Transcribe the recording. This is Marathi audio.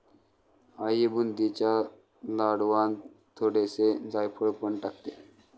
आई बुंदीच्या लाडवांत थोडेसे जायफळ पण टाकते